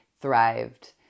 thrived